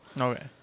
Okay